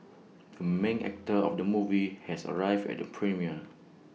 the main actor of the movie has arrived at the premiere